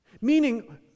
Meaning